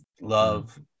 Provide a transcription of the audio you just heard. love